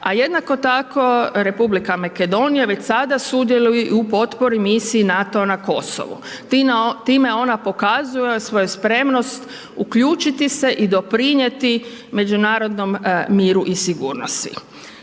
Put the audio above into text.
a jednako tako Republika Makedonija već sada sudjeluje i u potpori misiji NATO-a na Kosovu, time ona pokazuje svoju spremnost uključiti se i doprinjeti međunarodnom miru i sigurnosti.